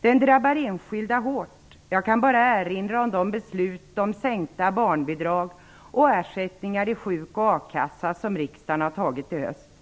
Den drabbar enskilda hårt. Jag kan bara erinra om de beslut om sänkta barnbidrag och ersättningar i sjuk och a-kassa som riksdagen har tagit under hösten.